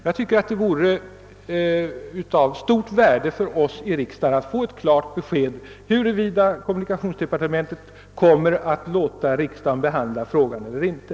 Jag anser att det vore av stort värde att vi i riksdagen fick ett klart besked huruvida kommunikationsdepartementet kommer att låta riksdagen behandla frågan eller inte.